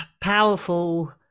powerful